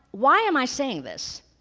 why am i saying this?